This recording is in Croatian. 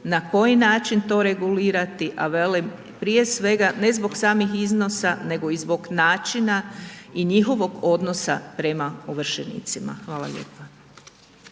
na koji način to regulirati, a velim prije svega ne zbog samih iznosa nego i zbog načina i njihovog odnosa prema ovršenicima. Hvala lijepa.